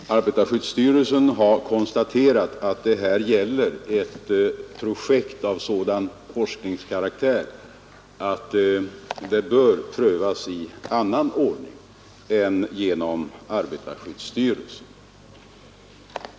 Fru talman! Arbetarskyddsstyrelsen har konstaterat att det här gäller ett projekt av sådan forskningskaraktär att det bör prövas i annan ordning än genom arbetarskyddsstyrelsen.